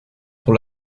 pour